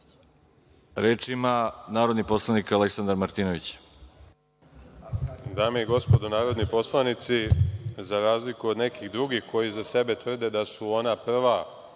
(Ne)Reč ima narodni poslanik Aleksandar Martinović.